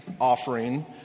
offering